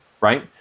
right